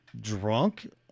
drunk